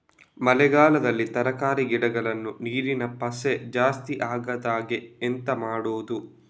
ಮಳೆಗಾಲದಲ್ಲಿ ತರಕಾರಿ ಗಿಡಗಳು ನೀರಿನ ಪಸೆ ಜಾಸ್ತಿ ಆಗದಹಾಗೆ ಎಂತ ಮಾಡುದು?